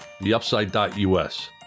theupside.us